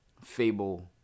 fable